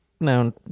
No